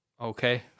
Okay